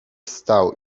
wstał